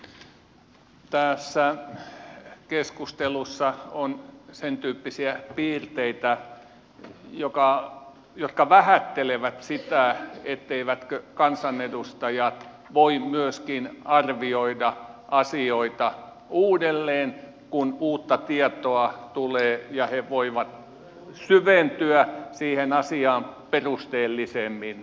tässä keskustelussa on sentyyppisiä piirteitä jotka vähättelevät sitä etteivät kansanedustajat voi myöskin arvioida asioita uudelleen kun uutta tietoa tulee ja he voivat syventyä siihen asiaan perusteellisemmin